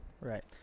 Right